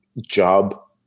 job